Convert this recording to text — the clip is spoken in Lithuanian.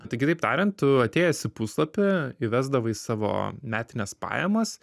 tai kitaip tarian tu atėjęs į puslapį įvesdavai savo metines pajamas